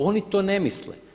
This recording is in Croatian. Oni to ne misle.